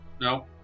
No